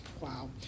wow